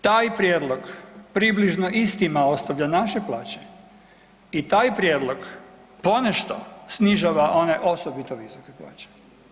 Taj prijedlog približno istima ostavlja naše plaće i taj prijedlog ponešto snižava one osobito visoke plaće.